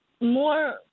more